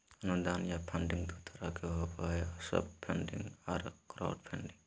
अनुदान या फंडिंग दू तरह के होबो हय सॉफ्ट फंडिंग आर क्राउड फंडिंग